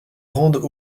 rendent